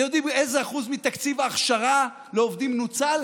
אתם יודעים איזה אחוז מתקציב ההכשרה לעובדים נוצל?